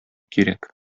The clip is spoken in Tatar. кирәк